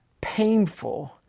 painful